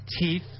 teeth